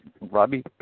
Robbie